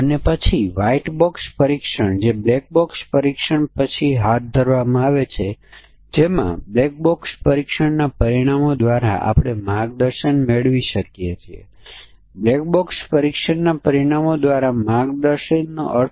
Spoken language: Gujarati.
તેથી 4 n 1 પરિણામ સાચું છે જો આપણે ધ્યાનમાં લો કે કોઈ પણ પરિમાણ માટેના વિશેષ મૂલ્ય માટે સમસ્યા અવલોકન કરવામાં આવશે